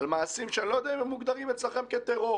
מעשים שאני לא יודע אם הם מוגדרים אצלכם כטרור,